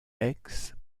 aix